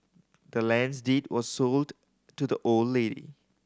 the land's deed was sold to the old lady